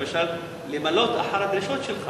למשל למלא אחר הדרישות שלך?